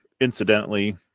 incidentally